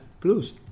Blues